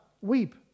weep